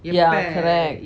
yeah correct